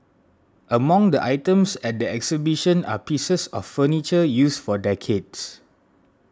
among the items at the exhibition are pieces of furniture used for decades